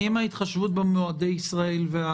עם ההתחשבות במועדי ישראל וערבי החג.